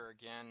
again